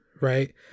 Right